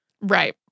Right